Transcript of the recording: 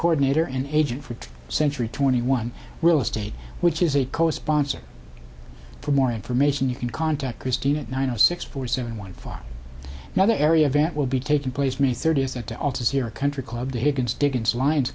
coordinator and agent for century twenty one real estate which is a co sponsor for more information you can contact christine at nine o six four seventy one for another area event will be taking place may thirtieth at the office here country club the higgins dickens lions